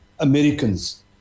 Americans